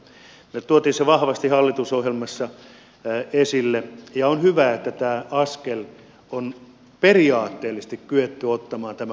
me toimme sen vahvasti hallitusohjelmassa esille ja on hyvä että tämä askel on periaatteellisesti kyetty ottamaan tämän hallituksen aikana